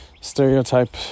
stereotype